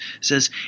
says